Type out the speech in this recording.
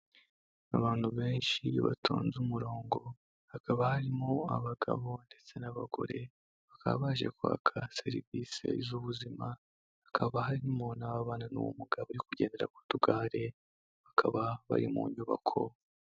Abantu benshi batonze umurongo, hakaba harimo abagabo, ndetse n'abagore, bakaba baje kwaka serivisi z'ubuzima, hakaba harimo n'ababana n'ubumuga bari kugendera ku tugare, bakaba bari mu nyubako.